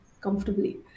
comfortably